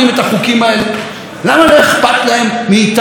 למה לא אכפת להם מאיתנו בשום צורה שהיא?